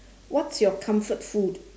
what's your comfort food